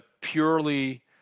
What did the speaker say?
purely